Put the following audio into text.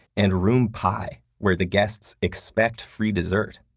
and room pi, where the guests expect free dessert.